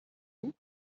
vous